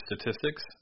statistics